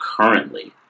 currently